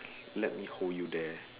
let me hold you there